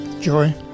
joy